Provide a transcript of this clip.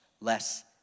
less